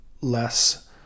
less